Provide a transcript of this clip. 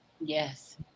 Yes